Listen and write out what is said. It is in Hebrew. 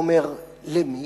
הוא אומר: למי?